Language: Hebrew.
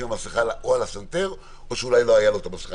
המסכה על הסנטר או שאולי לא הייתה לו מסכה.